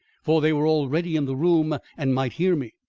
for they were already in the room and might hear me.